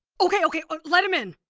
okay, okay. let him in.